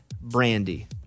Brandy